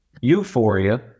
Euphoria